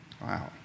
Wow